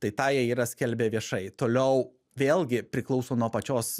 tai tą jie yra skelbia viešai toliau vėlgi priklauso nuo pačios